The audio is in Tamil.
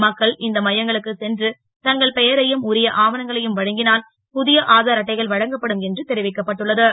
மக்கள் இந்த மையங்களுக்குச் சென்று தங்கள் பெயரையும் உரிய ஆவணங்களையும் வழங்கினால் பு ய ஆதார் அட்டைகள் வழங்கப்படும் என்று தெரிவிக்கப்பட்டுள்ள து